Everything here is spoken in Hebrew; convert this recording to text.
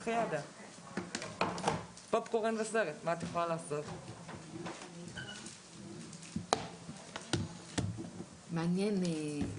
14:45.